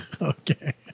Okay